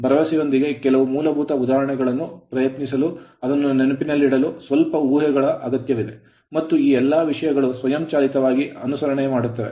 ಭರವಸೆಯೊಂದಿಗೆ ಕೆಲವು ಮೂಲಭೂತ ಉದಾಹರಣೆಗಳನ್ನು ಪ್ರಯತ್ನಿಸಲು ಅದನ್ನು ನೆನಪಿನಲ್ಲಿಡಲು ಸ್ವಲ್ಪ ಊಹೆಗಳ ಅಗತ್ಯವಿದೆ ಮತ್ತು ಈ ಎಲ್ಲಾ ವಿಷಯಗಳು ಸ್ವಯಂಚಾಲಿತವಾಗಿ ಅನುಸರಣೆಮಾಡುತ್ತವೆ